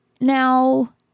now